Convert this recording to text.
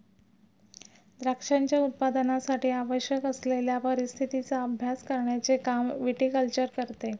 द्राक्षांच्या उत्पादनासाठी आवश्यक असलेल्या परिस्थितीचा अभ्यास करण्याचे काम विटीकल्चर करते